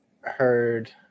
heard